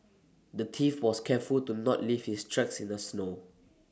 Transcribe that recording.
the thief was careful to not leave his tracks in the snow